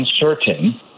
uncertain